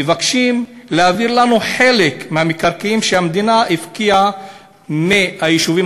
מבקשים להעביר לנו חלק מהמקרקעין שהמדינה הפקיעה מהיישובים